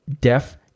Deaf